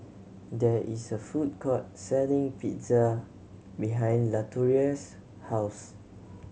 there is a food court selling Pizza behind Latoria's house